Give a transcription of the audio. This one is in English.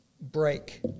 break